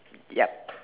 yup